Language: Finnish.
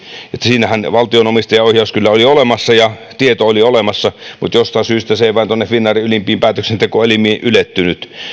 siinähän valtion omistajaohjaus kyllä oli olemassa ja tieto oli olemassa mutta jostain syystä se ei vain finnairin ylimpiin päätöksentekoelimiin ylettynyt